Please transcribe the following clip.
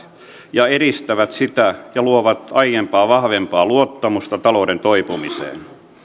ja edistävät sitä ja luovat aiempaa vahvempaa luottamusta talouden toipumiseen